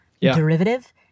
derivative